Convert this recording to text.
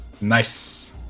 nice